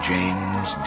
James